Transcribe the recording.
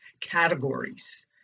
categories